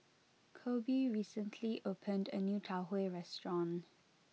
Koby recently opened a new Tau Huay restaurant